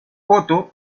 otto